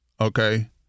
okay